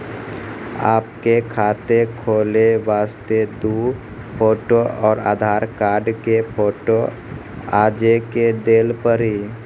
आपके खाते खोले वास्ते दु फोटो और आधार कार्ड के फोटो आजे के देल पड़ी?